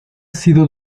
sido